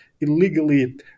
illegally